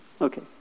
okay